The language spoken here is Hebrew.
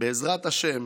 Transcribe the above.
בעזרת השם